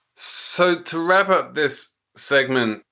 so to wrap up this segment,